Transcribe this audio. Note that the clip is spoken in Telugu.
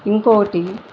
ఇంకొకటి